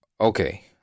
Okay